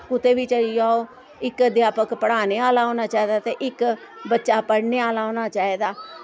कुतै बी चली जाओ इक अध्यापक पढ़ाने आह्ला होना चाहिदा ते इक बच्चा पढ़ने आह्ला होने चाहिदा